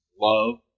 love